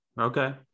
Okay